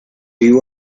you